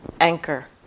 anchor